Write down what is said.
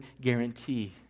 guarantee